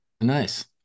Nice